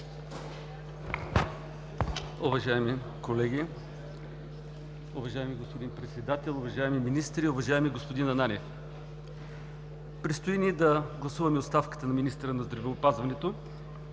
Уважаеми колеги, уважаеми господин Председател, уважаеми министри, уважаеми господин Ананиев! Предстои ни да гласуваме оставката на министъра на здравеопазването